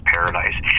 Paradise